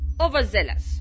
overzealous